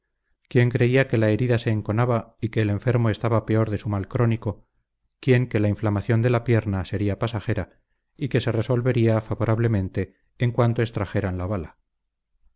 quién creía que la herida se enconaba y que el enfermo estaba peor de su mal crónico quién que la inflamación de la pierna sería pasajera y que se resolvería favorablemente en cuanto extrajeran la bala